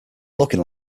looking